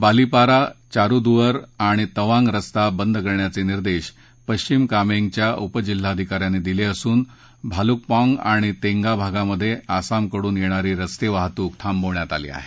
बालीपारा चारुदुअर तवांग रस्ता बंद करण्याचे निर्देश पक्षिम कामेंगच्या उपजिल्हाधिका यांनी दिले असून भालुकपाँग आणि तेंगा भागात आसामकडून येणारी रस्तेवाहतूक थांबवण्यात आली आहे